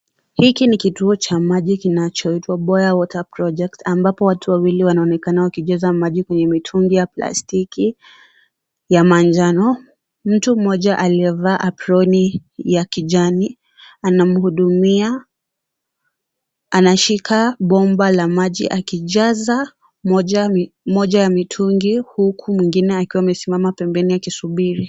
Hiki ni kituo cha maji kinachoitwa Boya Water Project ambapo watu wawili wanaonekana wakijaza maji kwenye mitungi ya plastiki ya manjano. Mtu mmoja, aliyevaa abroni ya kijani, anamhudumia, anashika bomba la maji akijaza moja ya mitungi huku mwingine akiwa amesimama pembeni akisubiri.